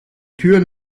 türen